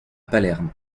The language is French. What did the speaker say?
palerme